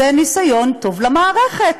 זה ניסיון טוב למערכת,